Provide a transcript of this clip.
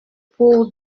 pour